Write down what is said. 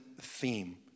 theme